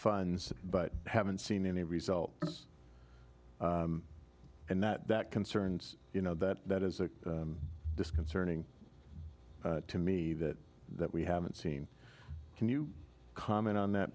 funds but haven't seen any result and that that concerns you know that that is a disconcerting to me that that we haven't seen can you comment on that